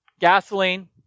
Gasoline